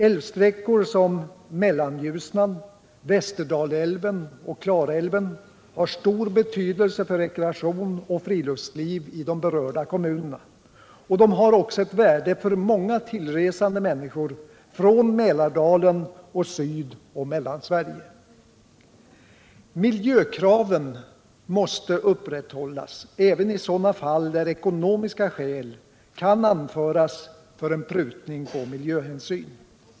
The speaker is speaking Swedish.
Älvsträckor = Svealand och såsom Mellanljusnan, Västerdalälven och Klarälven har stor betydelse - Norrland för rekreation och friluftsliv i de berörda kommunerna. De har också ett värde för många tillresande människor från Mälardalen och Sydoch Mellansverige. Miljökraven måste upprätthållas även i sådana fall där ekonomiska skäl kan anföras för en prutning på miljöhänsyn.